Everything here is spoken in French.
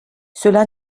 cela